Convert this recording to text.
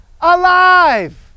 alive